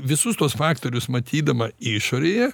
visus tuos faktorius matydama išorėje